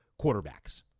quarterbacks